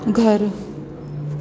घरु